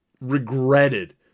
regretted